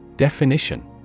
Definition